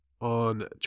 on